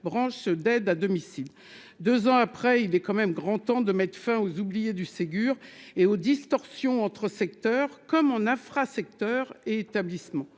branche ceux d'aide à domicile, 2 ans après, il est quand même grand temps de mettre fin aux oubliées du Ségur et aux distorsion entre secteurs comme en infra-secteur établissements